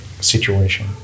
situation